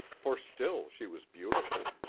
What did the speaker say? for still she was beautiful.